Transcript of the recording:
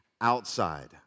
outside